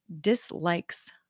dislikes